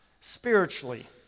spiritually